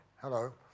Hello